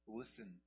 listen